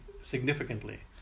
significantly